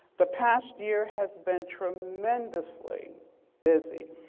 the past year has been tremendously busy